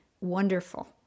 wonderful